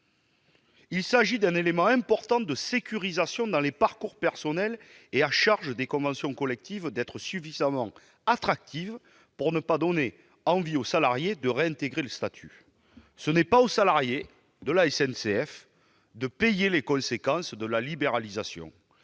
Il s'agit là d'un élément important de sécurisation dans les parcours personnels ; à charge des conventions collectives d'être suffisamment attractives pour que les salariés ne soient pas tentés de revenir au statut. Ce n'est pas aux salariés de la SNCF de payer les conséquences de la libéralisation.